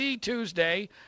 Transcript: Tuesday